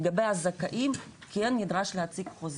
לגבי הזכאים כן נדרש להציג חוזה,